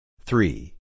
Three